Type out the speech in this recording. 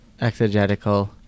exegetical